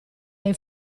dai